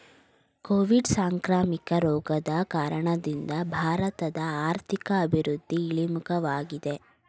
Covid ಸಾಂಕ್ರಾಮಿಕ ರೋಗದ ಕಾರಣದಿಂದ ಭಾರತದ ಆರ್ಥಿಕ ಅಭಿವೃದ್ಧಿ ಇಳಿಮುಖವಾಗಿದೆ